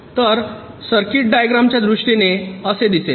तर circuit diagram च्या दृष्टीने ते असे दिसेल